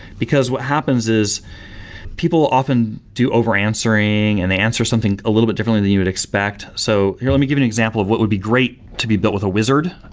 because what happens is people often do over answering and they answer something a little bit differently than you would expect, so here let me give an example of what would be great to be built with a wizard,